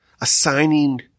assigning